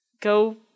go